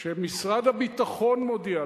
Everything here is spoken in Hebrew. שמשרד הביטחון מודיע,